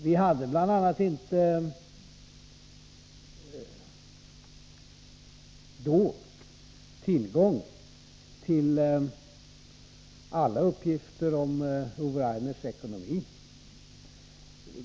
Vi hade bl.a. inte då tillgång till alla uppgifter om Ove Rainers ekonomi.